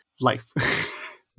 life